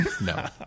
no